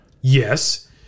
Yes